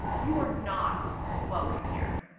you are not welcome here.